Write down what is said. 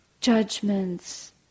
judgments